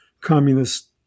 communist